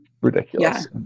ridiculous